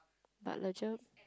but